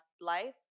life